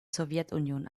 sowjetunion